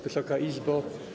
Wysoka Izbo!